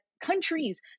countries